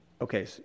Okay